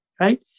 right